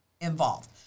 involved